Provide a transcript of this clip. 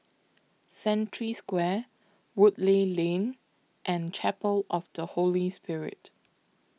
Century Square Woodleigh Lane and Chapel of The Holy Spirit